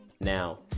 Now